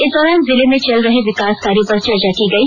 इस दौरान जिले में चल रहे विकास कार्यों पर चर्चा की गई